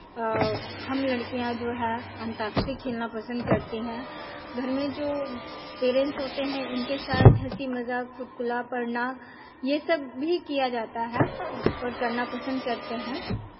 हम लड़कियां जो है अंताक्षरी खेलना पसंद करती हैं घर में जो पेरेंट्स होते हैं इनके साथ हँसी मज़ाक चुटकुला पढ़ना ये सब भी किया जाता है और करना पसंद करते हैं